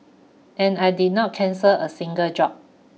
and I did not cancel a single job